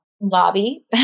lobby